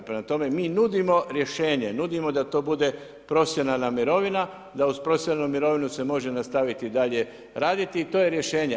Prema tome, mi nudimo rješenje, nudimo da to bude profesionalna mirovina, da uz profesionalnu mirovinu, se može nastaviti dalje raditi i to je rješenje.